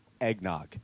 eggnog